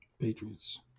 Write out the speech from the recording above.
Patriots